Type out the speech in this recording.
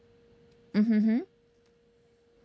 mm hmm hmm